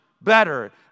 better